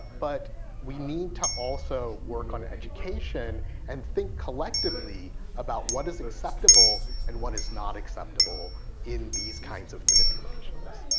but we need to also work on education and think collectively about what is acceptable and what is not acceptable in these kinds of manipulations.